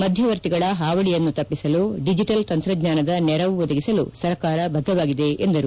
ಮಧ್ಯವರ್ತಿಗಳ ಪಾವೀಯನ್ನು ತಪ್ಪಿಸಲು ಡಿಜಿಬಲ್ ತಂತ್ರಜ್ಞಾನದ ನೆರವು ಒದಗಿಸಲು ಸರ್ಕಾರ ಬದ್ದವಾಗಿದೆ ಎಂದರು